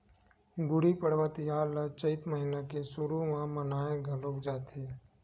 गुड़ी पड़वा तिहार ल चइत महिना के सुरू म मनाए घलोक जाथे